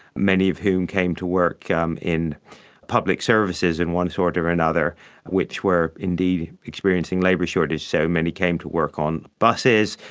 many of whom came to work um in public services in one sort or another which were indeed experiencing labour shortages, so many came to work on buses,